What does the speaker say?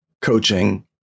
coaching